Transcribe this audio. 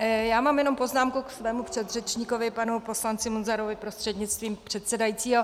Já mám jenom poznámku ke svému předřečníkovi panu poslanci Munzarovi prostřednictvím předsedajícího.